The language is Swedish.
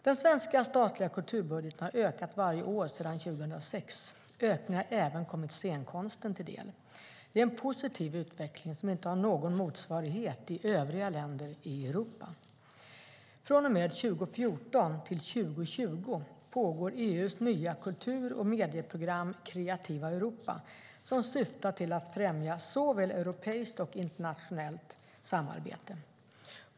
Den svenska statliga kulturbudgeten har ökat varje år sedan 2006. Ökningen har även kommit scenkonsten till del. Detta är en positiv utveckling som inte har sin motsvarighet i många övriga länder i Europa. Från och med 2014 till 2020 pågår EU:s nya kultur och medieprogram Kreativa Europa, som syftar till att främja såväl europeiskt som internationellt samarbete.